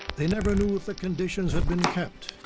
they never knew if the conditions had been kept,